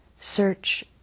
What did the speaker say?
search